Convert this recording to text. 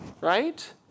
Right